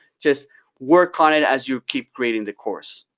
just work on it as you keep creating the course.